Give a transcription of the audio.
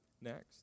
next